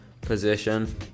position